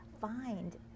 find